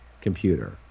computer